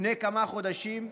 לפני כמה חודשים,